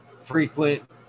frequent